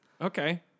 Okay